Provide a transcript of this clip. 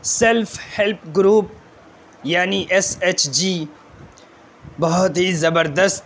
self help group یعنی S H G بہت ہی زبردست